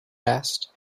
asked